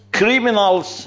criminals